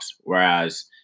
Whereas